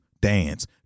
dance